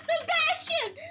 Sebastian